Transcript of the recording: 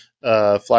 Fly